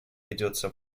ведется